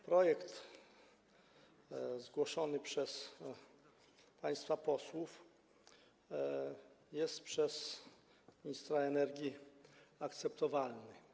Projekt zgłoszony przez państwa posłów jest przez ministra energii akceptowany.